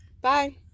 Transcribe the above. Bye